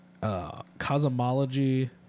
Cosmology